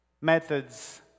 methods